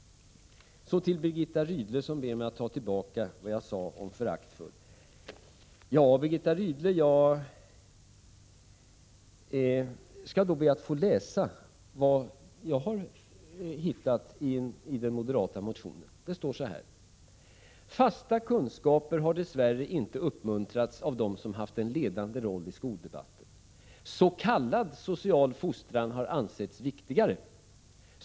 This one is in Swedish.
Så till Birgitta Rydle, som ber mig att ta tillbaka vad jag sade om att moderaterna uttrycker sig föraktfullt. Ja, Birgitta Rydle, jag skall då be att få läsa vad jag har hittat i den moderata motionen. Det står så här: ”Fasta kunskaper har dess värre inte uppmuntrats av dem som haft en ledande roll i skoldebatten. S.k. social fostran har ansetts viktigare.